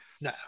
No